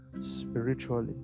spiritually